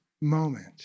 moment